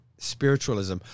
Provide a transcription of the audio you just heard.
spiritualism